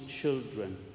children